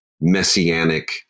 messianic